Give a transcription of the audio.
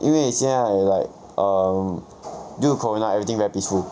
因为现在 like err due to corona everything very peaceful